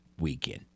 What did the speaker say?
weekend